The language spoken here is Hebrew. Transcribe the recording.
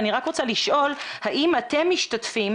אני רק רוצה לשאול האם אתם משתתפים